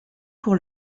pour